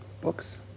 books